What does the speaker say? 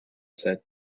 said